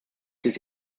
this